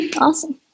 Awesome